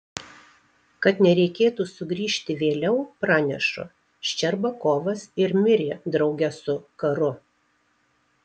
kad nereikėtų sugrįžti vėliau pranešu ščerbakovas ir mirė drauge su karu